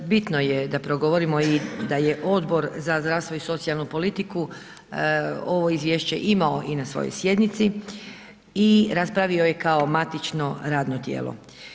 Bitno je da progovorimo i da je Odbor za zdravstvo i socijalnu politiku ovo izvješće imao i na svojoj sjednici i raspravio je kao matično radno tijelo.